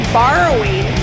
borrowing